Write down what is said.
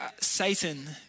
Satan